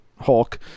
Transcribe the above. Hulk